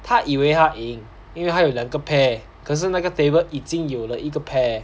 他以为他赢因为还有两个 pair 可是那个 table 已经有了一个 pair